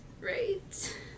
Right